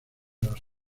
los